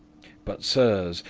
but, sirs,